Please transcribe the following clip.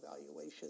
evaluation